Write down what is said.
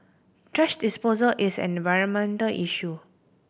thrash disposal is an environmental issue